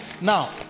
now